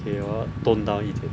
okay 我要 tone down 一点